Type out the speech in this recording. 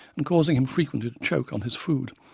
and causing him frequently to choke on his food,